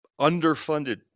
underfunded